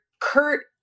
Kurt